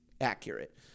accurate